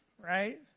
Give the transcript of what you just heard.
Right